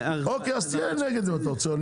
לדעתי --- אוקיי, אז תהיה נגד זה, אם אתה רוצה.